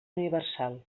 universal